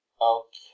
Okay